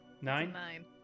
Nine